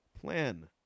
Plan